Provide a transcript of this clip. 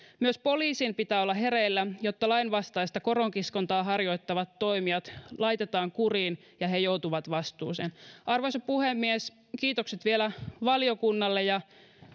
myös poliisin pitää olla hereillä jotta lainvastaista koronkiskontaa harjoittavat toimijat laitetaan kuriin ja he joutuvat vastuuseen arvoisa puhemies kiitokset vielä valiokunnalle ja